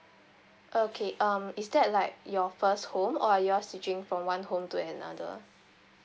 okay um is that like your first home or you all switching from one home to another